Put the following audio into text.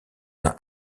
uns